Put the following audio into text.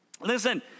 Listen